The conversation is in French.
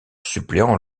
suppléant